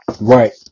right